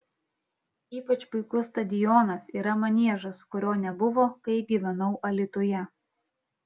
ypač puikus stadionas yra maniežas kurio nebuvo kai gyvenau alytuje